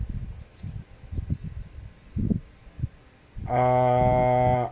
uh